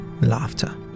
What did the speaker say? laughter